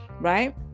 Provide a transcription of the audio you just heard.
Right